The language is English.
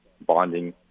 bonding